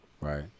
Right